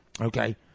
okay